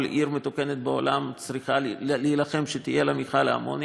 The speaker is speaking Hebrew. עיר מתוקנת בעולם צריכה להילחם שיהיה לה מכל אמוניה.